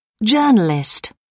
Journalist